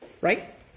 right